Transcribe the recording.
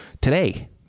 today